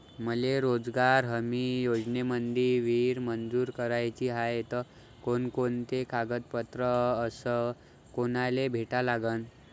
मले रोजगार हमी योजनेमंदी विहीर मंजूर कराची हाये त कोनकोनते कागदपत्र अस कोनाले भेटा लागन?